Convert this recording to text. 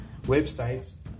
websites